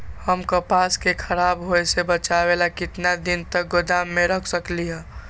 हम कपास के खराब होए से बचाबे ला कितना दिन तक गोदाम में रख सकली ह?